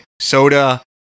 soda